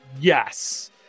Yes